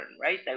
right